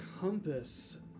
compass